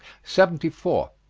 seventy four.